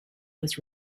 was